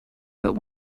but